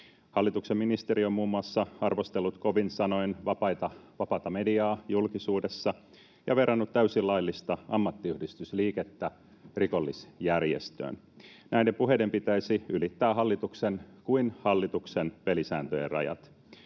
Hallituksen ministeri on muun muassa arvostellut julkisuudessa kovin sanoin vapaata mediaa ja verrannut täysin laillista ammattiyhdistysliikettä rikollisjärjestöön. Näiden puheiden pitäisi ylittää hallituksen kuin hallituksen pelisääntöjen rajat.